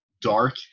dark